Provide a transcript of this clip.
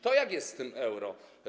To jak jest z tym euro?